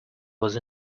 was